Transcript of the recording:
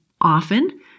often